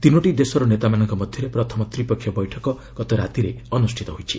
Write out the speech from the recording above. ତିନୋଟି ଦେଶର ନେତାମାନଙ୍କ ମଧ୍ୟରେ ପ୍ରଥମ ତ୍ରିପକ୍ଷିୟ ବୈଠକ ଗତ ରାତିରେ ଅନୁଷ୍ଠିତ ହୋଇଛି